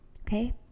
Okay